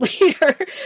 later